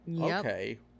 Okay